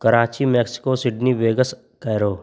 Karachi Karachi Sydney vegas Cairo